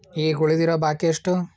ಈಗ ಉಳಿದಿರೋ ಬಾಕಿ ಎಷ್ಟು?